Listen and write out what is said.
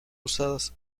usadas